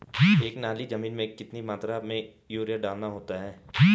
एक नाली जमीन में कितनी मात्रा में यूरिया डालना होता है?